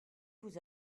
vous